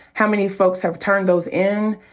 how many folks have turned those in,